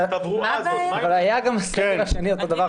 --- אבל היה גם בסגר השני אותו דבר.